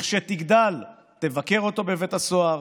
כשתגדל, תבקר אותו בבית הסוהר